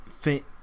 fit